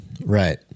right